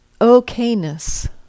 okayness